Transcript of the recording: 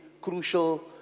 crucial